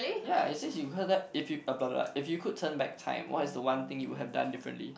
ya is just you heard that if you ah blah blah blah if you could turn back time what is the one thing you would have done differently